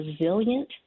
resilient